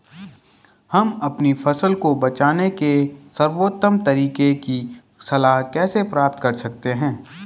हम अपनी फसल को बचाने के सर्वोत्तम तरीके की सलाह कैसे प्राप्त करें?